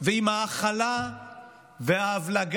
ועם ההכלה וההבלגה,